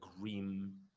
grim